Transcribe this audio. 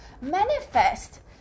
manifest